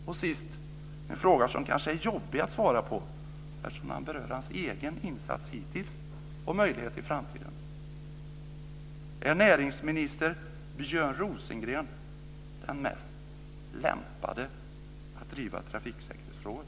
Sist har jag en fråga som kanske är jobbig att svara på, eftersom den berör hans egen insats hittills och möjligheter i framtiden. Är näringsminister Björn Rosengren den mest lämpade att driva trafiksäkerhetsfrågor?